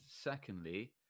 secondly